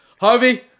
Harvey